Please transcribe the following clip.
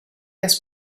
des